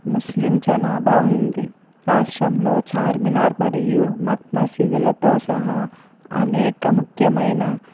ముస్లిం జనాభా ఉంది రాష్ట్రంలో చార్మినార్ మరియు మక్ మసీదులతో సహా అనేక ముఖ్యమైన